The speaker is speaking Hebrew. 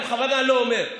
אני בכוונה לא אומר.